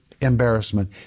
embarrassment